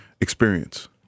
experience